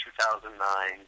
2009